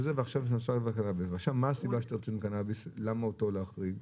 מה הסיבה לגבי הקנביס, למה אותו להחריג?